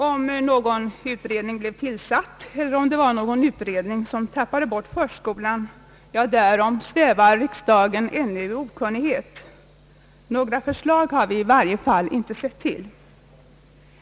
Om någon utredning blev tillsatt eller om det är någon utredning som tappat bort förskolan, därom svävar riksdagen ännu i okunnighet. Några förslag i frågan har vi i varje fall ännu inte sett till.